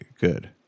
good